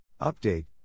Update